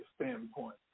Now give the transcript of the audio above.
standpoint